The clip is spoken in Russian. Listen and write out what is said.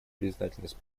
признательность